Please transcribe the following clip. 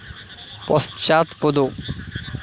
পশ্চাৎপদ